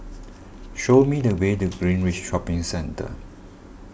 show me the way to Greenridge Shopping Centre